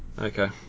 Okay